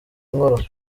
nkora